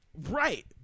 Right